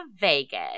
Vegas